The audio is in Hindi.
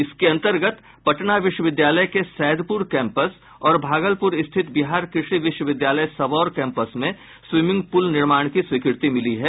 इसके अंतर्गत पटना विश्वविद्यालय के सैदपुर कैम्पस और भागलपुर स्थित बिहार कृषि विश्वविद्यालय सबौर कैम्पस में स्वीमिंग पुल निर्माण की स्वीकृति मिली है